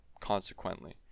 consequently